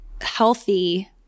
healthy